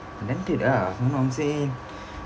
rent it ah my mum say